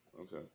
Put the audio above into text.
Okay